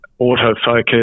autofocus